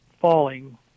falling